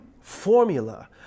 formula